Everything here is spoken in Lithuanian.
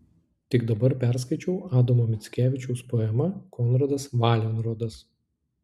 tik dabar perskaičiau adomo mickevičiaus poemą konradas valenrodas